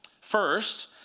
First